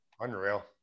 Unreal